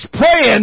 praying